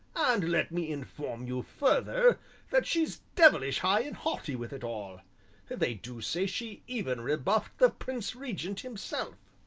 and let me inform you further that she's devilish high and haughty with it all they do say she even rebuffed the prince regent himself.